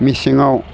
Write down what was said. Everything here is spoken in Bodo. मेसेङाव